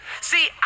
See